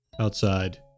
outside